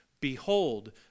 Behold